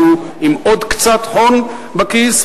יהיו עם עוד קצת הון בכיס,